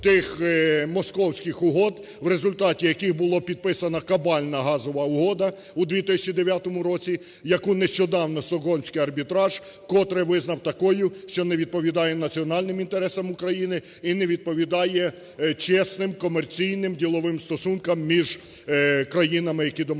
тих московських угод, в результаті яких була підписана кабальна газова угода у 2009 році, яку нещодавно Стокгольмський арбітраж вкотре визнав такою, що не відповідає національним інтересам України і не відповідає чесним комерційним діловим стосункам між країнами, які домовляються.